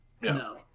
No